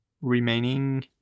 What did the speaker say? remaining